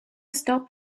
stop